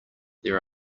there